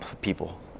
people